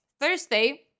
Thursday